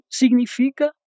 significa